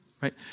right